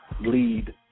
Lead